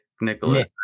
Nicholas